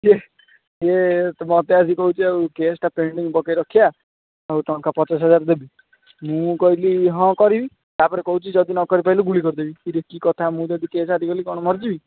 ସିଏ ସିଏ ମୋତେ ଆଜି କହୁଛି ଆଉ କେସ୍ଟା ପେଣ୍ଡିଙ୍ଗ୍ ପକାଇ ରଖିବା ଆଉ ଟଙ୍କା ପଚାଶ ହଜାର ଦେବି ମୁଁ କହିଲି ହଁ କରିବି ତା'ପରେ କହୁଛି ଯଦି ନ କରି ପାରିଲୁ ଗୁଳି କରିଦେବି ଇରେ କି କଥା ମୁଁ ଯଦି କେସ୍ ହାରିଗଲି କ'ଣ ମରିଯିବି